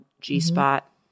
G-spot